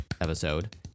episode